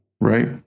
right